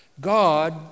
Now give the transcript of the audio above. God